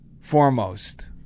foremost